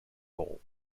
hall